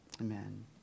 Amen